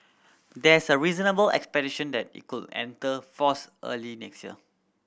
there's a reasonable expectation that it could enter force early next year